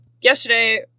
yesterday